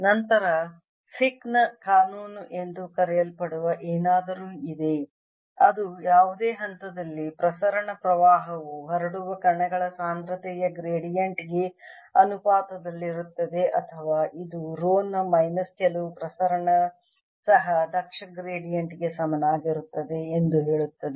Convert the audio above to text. ನಂತರ ಫಿಕ್ ನ ಕಾನೂನು ಎಂದು ಕರೆಯಲ್ಪಡುವ ಏನಾದರೂ ಇದೆ ಅದು ಯಾವುದೇ ಹಂತದಲ್ಲಿ ಪ್ರಸರಣ ಪ್ರವಾಹವು ಹರಡುವ ಕಣಗಳ ಸಾಂದ್ರತೆಯ ಗ್ರೇಡಿಯಂಟ್ ಗೆ ಅನುಪಾತದಲ್ಲಿರುತ್ತದೆ ಅಥವಾ ಇದು ರೋ ನ ಮೈನಸ್ ಕೆಲವು ಪ್ರಸರಣ ಸಹ ದಕ್ಷ ಗ್ರೇಡಿಯಂಟ್ ಗೆ ಸಮಾನವಾಗಿರುತ್ತದೆ ಎಂದು ಹೇಳುತ್ತದೆ